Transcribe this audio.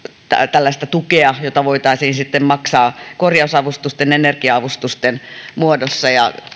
tällaista tukea jota voitaisiin sitten maksaa korjausavustusten energia avustusten muodossa ja